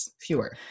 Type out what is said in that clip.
Fewer